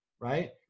right